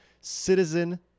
Citizen